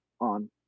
on